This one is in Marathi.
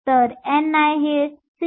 तर ni हे 6